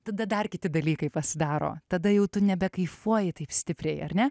tada dar kiti dalykai pasidaro tada jau tu nebekaifuoji taip stipriai ar ne